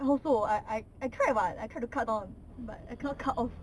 I also I I I tried what I tried to cut down but I cannot cut off